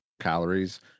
calories